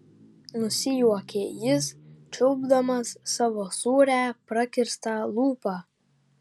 nusijuokė jis čiulpdamas savo sūrią prakirstą lūpą